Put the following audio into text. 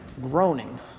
groaning